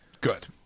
Good